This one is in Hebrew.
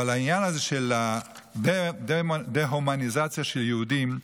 אבל העניין הזה של הדה-הומניזציה של יהודים,